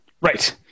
Right